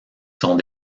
sont